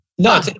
No